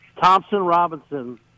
Thompson-Robinson